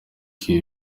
ibi